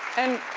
and,